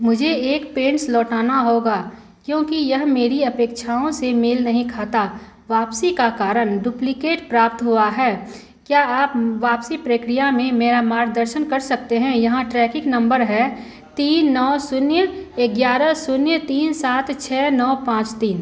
मुझे एक पेंट्स लौटाना होगा क्योंकि यह मेरी अपेक्षाओं से मेल नहीं खाता वापसी का कारण डुप्लिकेट प्राप्त हुआ है क्या आप वापसी प्रक्रिया में मेरा मार्गदर्शन कर सकते हैं यहाँ ट्रैकिक नम्बर है तीन नौ शून्य ग्यारह शून्य तीन सात छः नौ पाँच तीन